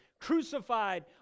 crucified